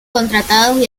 contratados